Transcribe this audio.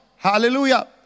Hallelujah